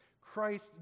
Christ